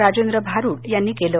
राजेंद्र भारूड यांनी केलं